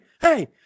hey